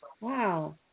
Wow